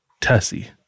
Tessie